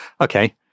Okay